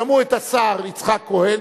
שמעו את השר יצחק כהן,